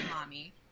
mommy